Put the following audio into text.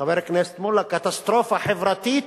חבר הכנסת מולה, קטסטרופה חברתית,